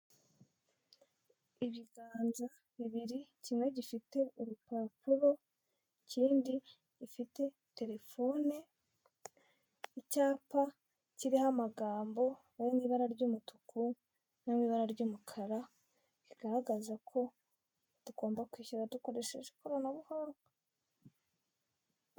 Ibiganza bibiri kimwe gifite urupapuro, ikindi gifite telefone, icyapa kiriho amagambo ari mwibara ry'umutuku no mu ibara ry'umukara rigaragaza ko tugomba kwishyura dukoresheje ikoranabuhanga.